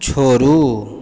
छोड़ू